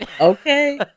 okay